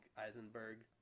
Eisenberg